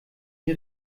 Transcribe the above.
die